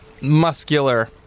muscular